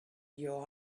your